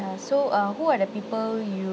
so uh who are the people you